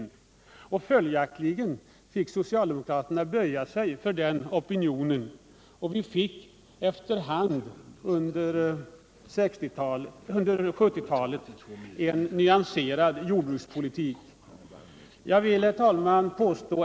Socialdemokraterna fick följaktligen böja sig för denna opinion, och vi fick därför under 1970-talet en nyanserad jordbrukspolitik.